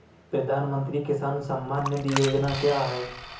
प्रधानमंत्री किसान सम्मान निधि योजना क्या है?